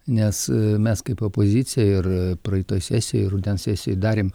nes mes kaip opozicija ir praeitoj sesijoj rudens sesijoj darėm